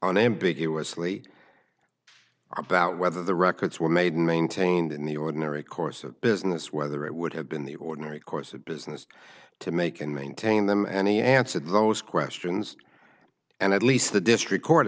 on ambiguously about whether the records were made and maintained in the ordinary course of business whether it would have been the ordinary course of business to make and maintain them and he answered those questions and at least the district court